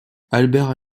albert